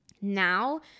Now